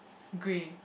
grey